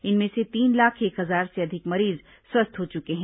इनमें से तीन लाख एक हजार से अधिक मरीज स्वस्थ हो चूके हैं